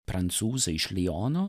prancūzė iš liono